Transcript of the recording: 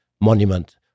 monument